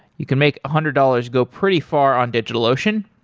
you can make a hundred dollars go pretty far on digitalocean.